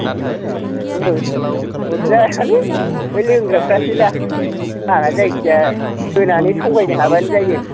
अरजायालै बे लोंग्राफ्रासोदा आंहा जायखिजाया होनानै थगायनो हाबानो जायो